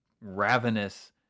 ravenous